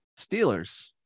Steelers